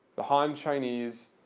the han chinese,